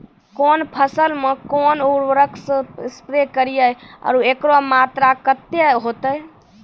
कौन फसल मे कोन उर्वरक से स्प्रे करिये आरु एकरो मात्रा कत्ते होते?